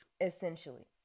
Essentially